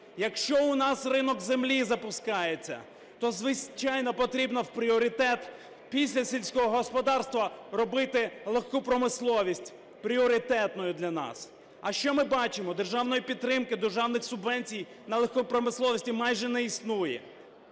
якщо у нас ринок землі запускається, то, звичайно, потрібно в пріоритет, після сільського господарства, робити легку промисловість пріоритетною для нас. А що ми бачимо? Державної підтримки, державних субвенцій на легку промисловість майже не існує.